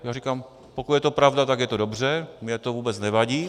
Já říkám, pokud je to pravda, tak je to dobře, mně to vůbec nevadí.